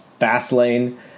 Fastlane